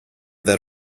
that